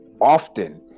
often